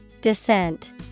Descent